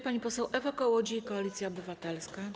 Pani poseł Ewa Kołodziej, Koalicja Obywatelska.